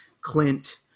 Clint